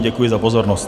Děkuji za pozornost.